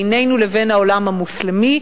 בינינו לבין העולם המוסלמי,